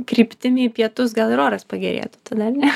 kryptimi į pietus gal ir oras pagerėtų tada ne